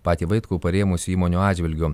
patį vaitkų parėmusių įmonių atžvilgiu